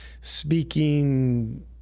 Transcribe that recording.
speaking